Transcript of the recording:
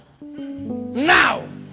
now